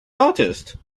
artist